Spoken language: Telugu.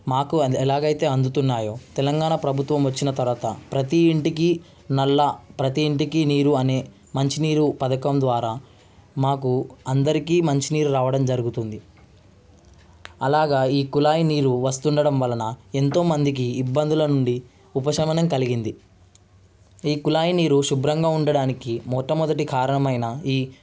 మాకు అది ఎలాగైతే అందుతున్నాయో తెలంగాణ ప్రభుత్వం వచ్చిన తర్వాత ప్రతి ఇంటికి నల్లా ప్రతి ఇంటికి నీరు అనే మంచినీరు పథకం ద్వారా మాకు అందరికీ మంచినీరు రావడం జరుగుతుంది అలాగా ఈ కుళాయి నీరు వస్తుండడం వలన ఎంతోమందికి ఇబ్బందుల నుండి ఉపశమనం కలిగింది ఈ కుళాయి నీరు శుభ్రంగా ఉండడానికి మొట్టమొదటి కారమైన ఈ